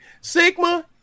Sigma